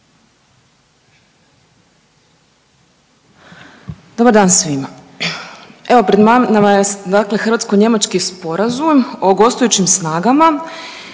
Dobar dan svima. Evo pred nama je dakle Hrvatsko-njemački sporazum o gostujućim snagama